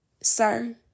sir